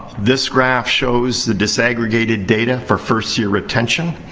this graph shows the disaggregated data for first-year retention.